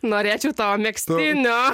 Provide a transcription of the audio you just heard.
norėčiau tavo megztinio